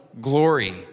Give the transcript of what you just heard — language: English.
glory